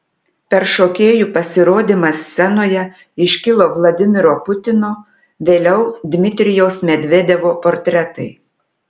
per šokėjų pasirodymą scenoje iškilo vladimiro putino vėliau dmitrijaus medvedevo portretai